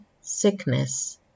sickness